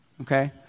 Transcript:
Okay